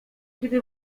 gdy